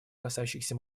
касающихся